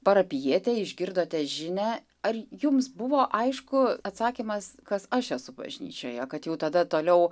parapijietė išgirdote žinią ar jums buvo aišku atsakymas kas aš esu bažnyčioje kad jau tada toliau